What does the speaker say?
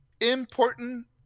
important